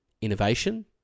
Innovation